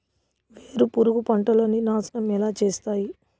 వేరుపురుగు పంటలని నాశనం ఎలా చేస్తాయి?